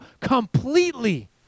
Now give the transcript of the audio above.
completely